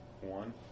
One